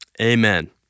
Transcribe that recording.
amen